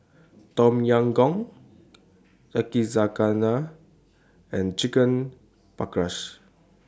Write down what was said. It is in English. Tom Yam Goong Yakizakana and Chicken Paprikas